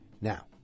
Now